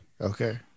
Okay